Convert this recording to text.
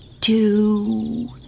two